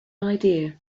idea